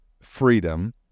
freedom